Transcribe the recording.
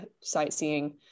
sightseeing